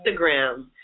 Instagram